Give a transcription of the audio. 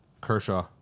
Kershaw